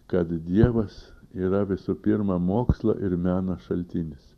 kad dievas yra visų pirma mokslo ir meno šaltinis